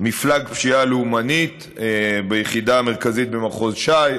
מפלג פשיעה לאומנית ביחידה המרכזית במחוז ש"י.